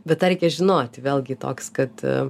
bet tą reikia žinoti vėlgi toks kad